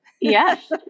yes